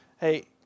Hey